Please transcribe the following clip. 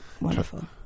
Wonderful